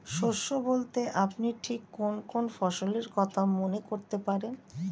শস্য বলতে আপনি ঠিক কোন কোন ফসলের কথা মনে করতে পারেন?